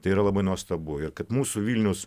tai yra labai nuostabu ir kad mūsų vilnius